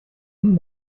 innen